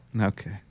Okay